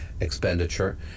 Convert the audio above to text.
expenditure